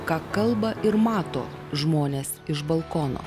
ką kalba ir mato žmonės iš balkono